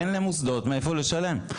אין למוסדות מאיפה לשלם.